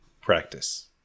Practice